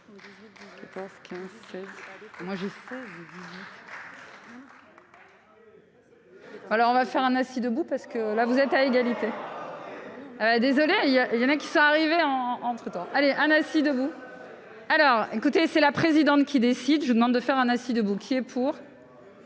Alors on va faire un assis debout parce qu'on a, vous êtes à égalité, désolé, il y a, il y a mais qui sont arrivés en entre-temps allez un assis debout alors écoutez, c'est la présidente qui décide, je vous demande de faire un assis de qui pour.